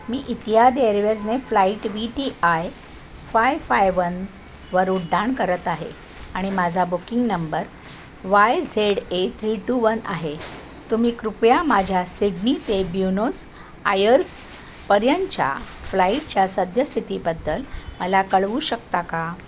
मी Etihad एअरवेजने flight V T I five five वनवर उड्डाण करत आहे आणि माझा booking number Y Z A three two one आहे तुम्ही कृपया माझ्या सिडनी ते ब्युनोस आयर्सपर्यंतच्या फ्लाईटच्या सद्यस्थितीबद्दल मला कळवू शकता का